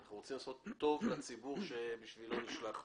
אנחנו רוצים לעשות טוב לציבור שבשבילו נשלחנו.